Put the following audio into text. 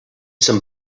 some